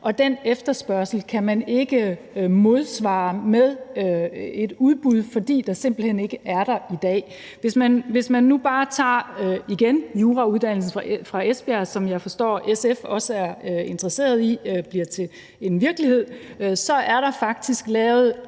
og den efterspørgsel kan man ikke modsvare med et udbud, fordi det simpelt hen ikke er der i dag. Hvis man nu igen bare tager jurauddannelsen i Esbjerg, som jeg forstår SF også er interesseret i bliver til virkelighed, er der faktisk lavet